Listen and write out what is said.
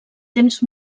temps